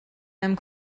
einem